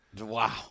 Wow